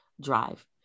drive